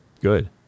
Good